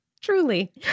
Truly